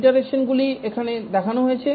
ইটারেসনগুলি এখানে দেখানো হয়েছে